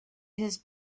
his